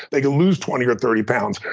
they could lose twenty or thirty pounds,